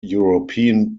european